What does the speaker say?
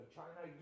China